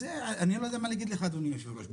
אני לא יודע מה להגיד לך אדוני היושב ראש.